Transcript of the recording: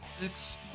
Six